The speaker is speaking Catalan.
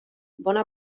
bona